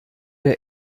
der